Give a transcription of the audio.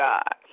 God